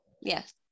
yes